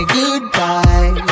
goodbye